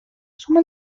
suma